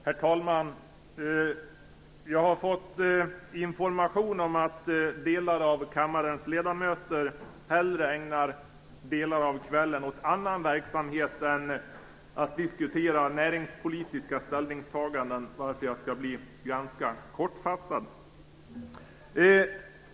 Herr talman! Jag har fått information om att delar av kammarens ledamöter hellre ägnar kvällen åt annan verksamhet än att diskutera näringspolitiska ställningstaganden, varför jag skall bli ganska kortfattad.